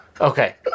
Okay